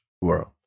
world